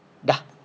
dah